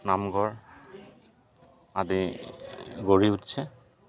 নামঘৰ আদি গঢ়ি উঠছে